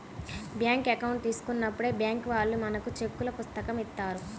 bank account తీసుకున్నప్పుడే bank వాళ్ళు మనకు చెక్కుల పుస్తకం ఇత్తారు